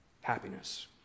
happiness